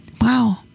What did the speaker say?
Wow